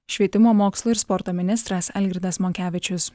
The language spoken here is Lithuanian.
švietimo mokslo ir sporto ministras algirdas monkevičius